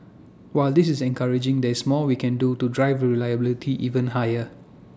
while this is encouraging there is more we can do to drive reliability even higher